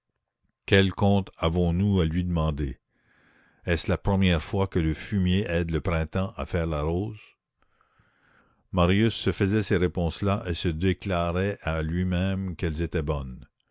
quel compte avons-nous à lui demander est-ce la première fois que le fumier aide le printemps à faire la rose marius se faisait ces réponses là et se déclarait à lui-même qu'elles étaient bonnes